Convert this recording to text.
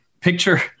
picture